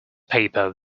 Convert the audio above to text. paper